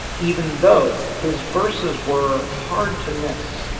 even though his verses were hard to miss.